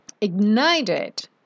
ignited